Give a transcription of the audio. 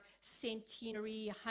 centenary